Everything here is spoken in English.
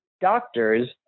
doctors